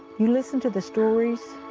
you listen to the stories,